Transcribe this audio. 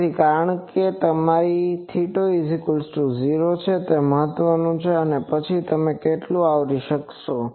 તેથી કારણ કે તમારી θ0 છે તે મહત્વનું છે અને પછી તમે કેટલું આવરી શકશો